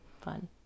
fun